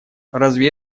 разве